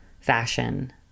fashion